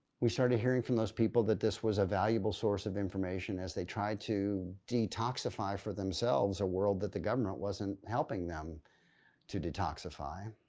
we started hearing from those people that this was a valuable source of information as they tried to detoxify for themselves, a world that the government wasn't helping them to detoxify.